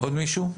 עוד מישהו?